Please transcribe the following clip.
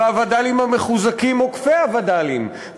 והווד"לים המחוזקים עוקפי הווד"לים,